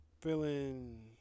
Feeling